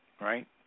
right